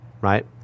Right